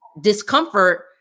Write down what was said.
discomfort